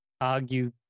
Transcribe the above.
argue